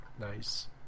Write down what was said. Nice